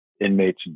inmates